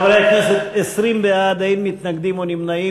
חברי הכנסת, 20 בעד, אין מתנגדים או נמנעים.